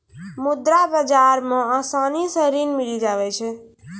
मुद्रा बाजार मे आसानी से ऋण मिली जावै छै